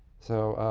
so